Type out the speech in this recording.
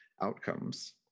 outcomes